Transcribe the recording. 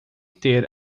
ter